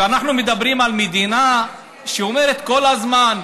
אנחנו מדברים על מדינה שאומרת כל הזמן: